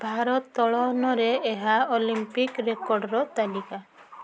ଭାରୋତ୍ତୋଳନରେ ଏହା ଅଲମ୍ପିକ୍ ରେକର୍ଡ଼ର ତାଲିକା